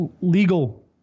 legal